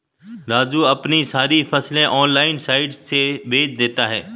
राजू अपनी सारी फसलें ऑनलाइन साइट से बेंच देता हैं